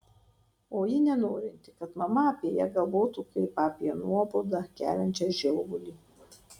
o ji nenorinti kad mama apie ją galvotų kaip apie nuobodą keliančią žiovulį